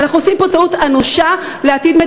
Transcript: ואנחנו עושים פה טעות אנושה כלפי העתיד של